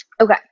Okay